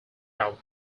out